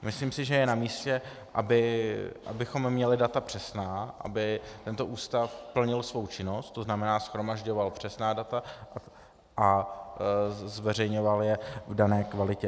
Myslím si, že je namístě, abychom měli data přesná, aby tento ústav plnil svou činnost, to znamená, shromažďoval přesná data a zveřejňoval je v dané kvalitě.